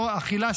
אכילה,